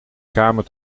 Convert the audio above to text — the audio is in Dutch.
kamer